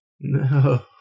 No